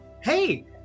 Hey